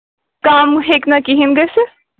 کَم ہیٚکہِ نہ کِہیٖنۍ گٔژھِتھ